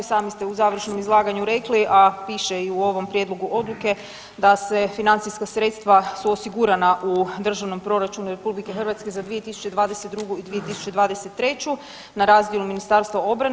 Sami ste u završnom izlaganju rekli, a piše i u ovom Prijedlogu Odluke, da se financijska sredstva su osigurana u Državnom proračunu RH za 2022. i 2023. na razdjelu Ministarstva obrane.